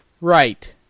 Right